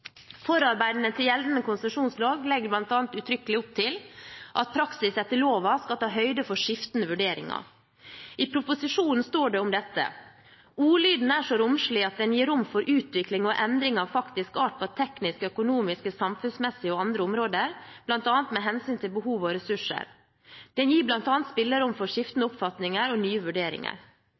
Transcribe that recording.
Forarbeidene til gjeldende konsesjonslov legger bl.a. uttrykkelig opp til at praksis etter loven skal ta høyde for skiftende vurderinger. I proposisjonen står det om dette: «Ordlyden er så romslig at den gir rom for utvikling og endring av faktisk art på tekniske, økonomiske, samfunnsmessige og andre områder, bl.a. med hensyn til behov og ressurser. Den gir bl.a. spillerom for skiftende oppfatninger og nye vurderinger.»